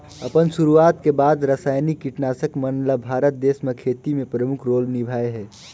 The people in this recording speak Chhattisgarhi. अपन शुरुआत के बाद ले रसायनिक कीटनाशक मन ल भारत देश म खेती में प्रमुख रोल निभाए हे